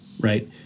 Right